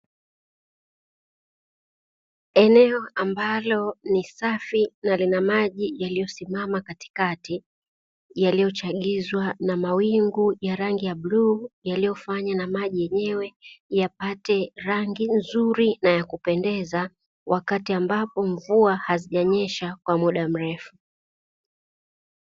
Eneo ambalo ni safi na lina maji yaliyosimama katikati, yaliyochagizwa na mawingu ya rangi ya bluu, yaliyofanya na maji yenyewe yapate rangi nzuri na ya kupendeza wakati ambapo mvua hazijanyesha kwa muda mrefu.